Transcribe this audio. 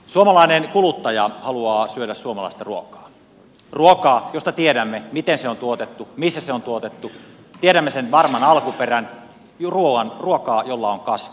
suomalainen kuluttaja haluaa syödä suomalaista ruokaa ruokaa josta tiedämme miten se on tuotettu missä se on tuotettu josta tiedämme sen varman alkuperän ruokaa jolla on kasvot